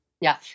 Yes